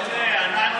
שלום בין העמים.